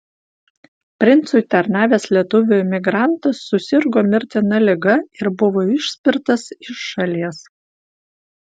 princui tarnavęs lietuvių emigrantas susirgo mirtina liga ir buvo išspirtas iš šalies